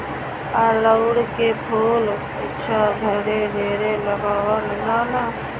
अढ़उल के फूल इहां घरे घरे लगावल जाला